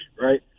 right